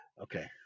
Okay